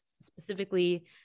specifically